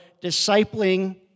discipling